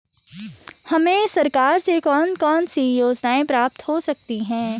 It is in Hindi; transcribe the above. हमें सरकार से कौन कौनसी योजनाएँ प्राप्त हो सकती हैं?